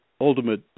ultimate